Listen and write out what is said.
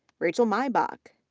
rachel maibach,